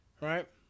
right